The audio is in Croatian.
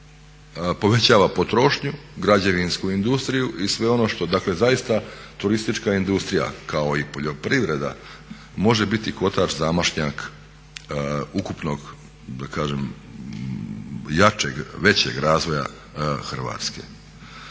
povećava potrošnju, građevinsku industriju. Dakle, zaista turistička industrija kao i poljoprivreda može biti kotač zamašnjak ukupnog da kažem jačeg, većeg razvoja Hrvatske.